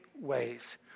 ways